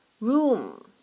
room